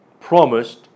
promised